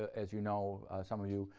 as you know, some of you,